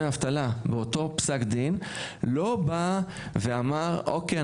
האבטלה מאותו פסק דין לא בא ואמר אוקיי.